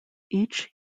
each